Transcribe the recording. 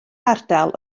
ardal